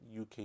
UK